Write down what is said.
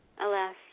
Alas